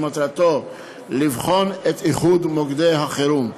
שמטרתו לבחון את איחוד מוקדי החירום.